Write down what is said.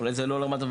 - אולי זה לא לוועדה,